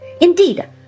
Indeed